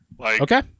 Okay